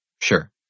Sure